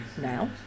now